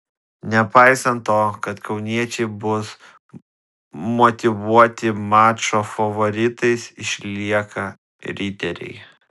nepaisant to kad kauniečiai bus motyvuoti mačo favoritais išlieka riteriai